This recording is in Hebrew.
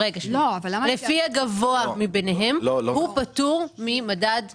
רגע, לפי הגבוה מביניהם, הוא פטור ממדד כלשהו.